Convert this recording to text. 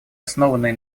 основанный